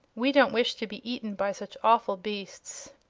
we don't wish to be eaten by such awful beasts.